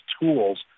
tools